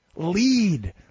Lead